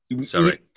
Sorry